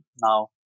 Now